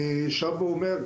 אני שב ואומר,